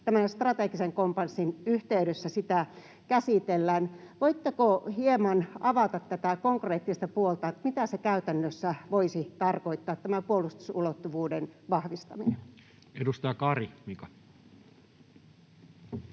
tämän strategisen kompassin yhteydessä sitä käsitellään. Voitteko hieman avata tätä konkreettista puolta: mitä tämän puolustusulottuvuuden vahvistaminen käytännössä voisi